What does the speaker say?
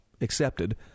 accepted